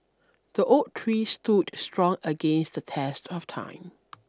the oak tree stood strong against the test of time